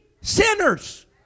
sinners